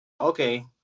okay